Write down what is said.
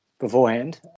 beforehand